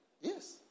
Yes